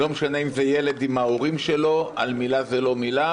לא משנה אם זה ילד עם ההורים שלו על מילה זה לא מילה,